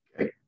Okay